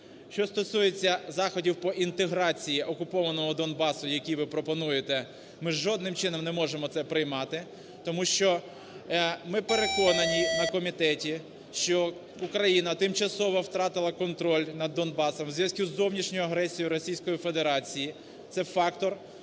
Що стосується заходів по інтеграції окупованого Донбасу, який ви пропонуєте, ми жодним чином не можемо це приймати. Тому що ми переконані на комітеті, що Україна тимчасово втратила контроль над Донбасом в зв'язку з зовнішньою агресією Російської